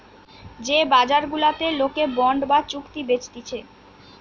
যে বাজার গুলাতে লোকে বন্ড বা চুক্তি বেচতিছে